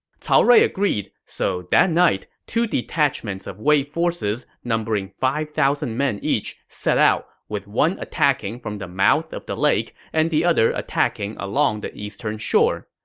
cao rui agreed, so that night, two detachments of wei forces, numbering five thousand each, set out, with one attacking from the mouth of the lake and the other attacking along the eastern shore.